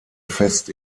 fest